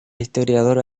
historiador